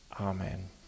Amen